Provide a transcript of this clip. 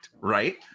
Right